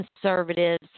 conservatives